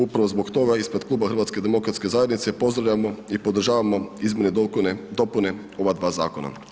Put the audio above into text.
Upravo zbog toga ispred Kluba HDZ-a pozdravljamo i podržavamo izmjene i dopune ova dva zakona.